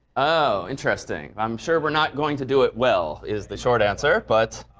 oh, interesting. i'm sure we're not going to do it well is the short answer. but